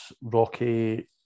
Rocky